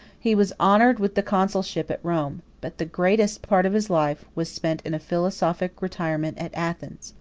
he was honored with the consulship at rome but the greatest part of his life was spent in a philosophic retirement at athens,